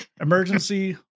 emergency